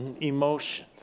emotion